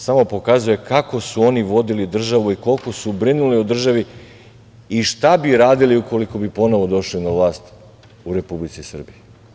Samo pokazuje kako su oni vodili oni vodili državu i koliko su brinuli o državi i šta bi radili ukoliko bi ponovo došli na vlast u Republici Srbiji.